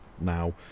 now